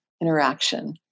interaction